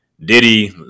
Diddy